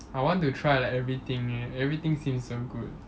I want to try like everything eh everything seems so good